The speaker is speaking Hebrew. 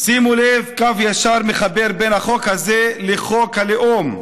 שימו לב, קו ישר מחבר בין החוק הזה לחוק הלאום.